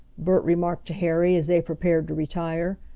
bert remarked to harry as they prepared to retire.